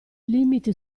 limiti